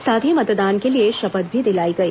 साथ ही मतदान के लिए शपथ भी दिलाई गई